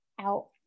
out